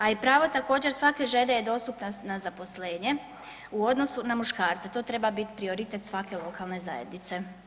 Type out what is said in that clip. A i pravo također svake žene je dostupnost na zaposlenje u odnosu na muškarca, to treba bit prioritet svake lokalne zajednice.